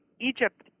Egypt